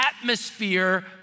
atmosphere